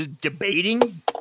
debating